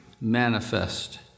manifest